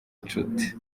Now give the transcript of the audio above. nshuti